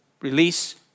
release